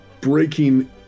breaking